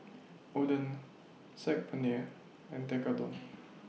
Oden Saag Paneer and Tekkadon